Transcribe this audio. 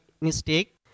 mistake